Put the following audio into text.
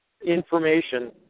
information